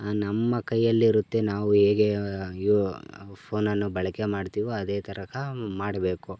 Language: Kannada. ನಮ್ಮ ಕೈಯಲ್ಲಿರುತ್ತೆ ನಾವು ಹೇಗೆ ಯೋ ಫೋನನ್ನು ಬಳಕೆ ಮಾಡ್ತಿವೋ ಅದೇ ಥರ ಮಾಡಬೇಕು